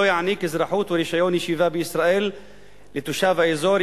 יעניק אזרחות או רשיון ישיבה בישראל לתושב האזור,